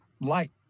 light